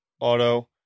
Auto